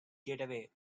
getaway